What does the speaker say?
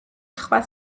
სხვა